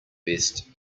best